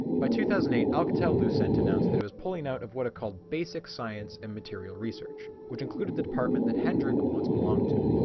by two thousand and eight alcatel-lucent announced that it was pulling out of what it called basic science and material research which included the department that hendrik once belonged to.